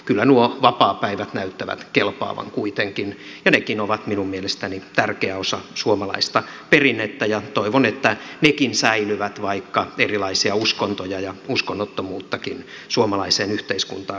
kyllä nuo vapaapäivät näyttävät kelpaavan kuitenkin ja nekin ovat minun mielestäni tärkeä osa suomalaista perinnettä ja toivon että nekin säilyvät vaikka erilaisia uskontoja ja uskonnottomuuttakin suomalaiseen yhteiskuntaan lisää tulee